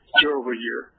year-over-year